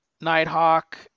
Nighthawk